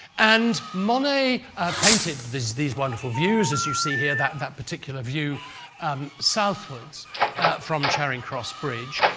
and monet painted these these wonderful views, as you see here, that that particular view southwards from charing cross bridge,